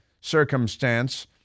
circumstance